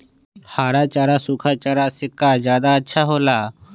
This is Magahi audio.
हरा चारा सूखा चारा से का ज्यादा अच्छा हो ला?